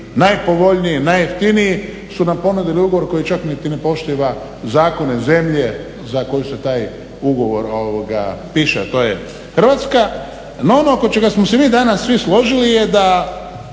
najpovoljniji, najjeftiniji su nam ponudili ugovor koji čak niti ne poštiva zakone zemlje za koju se taj ugovor piše, a to je Hrvatska. No ono oko čega smo se mi danas svi složili je da